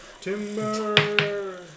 timber